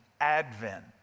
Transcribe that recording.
Advent